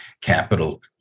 capital